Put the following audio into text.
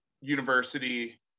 university